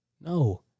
No